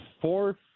four